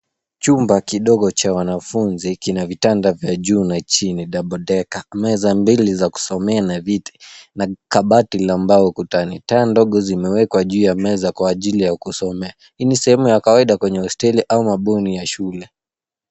Chumba kidogo cha wanafunzi kina vitanda vya juu na chini, double-decker . Meza mbili za kusomea na viti na kabati la mbao . Taa ndogo zimewekwa kwa ajili ya kusomea. Hii ni sehemu ya kawaida kwenye hosteli au bweni ya shule